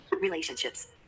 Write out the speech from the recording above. Relationships